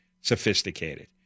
sophisticated